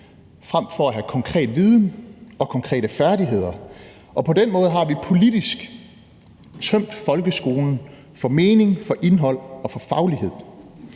frem for at have konkret viden og konkrete færdigheder. Og på den måde har vi politisk tømt folkeskolen for mening, for indhold og for faglighed.